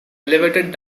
elevated